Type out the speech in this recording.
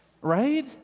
right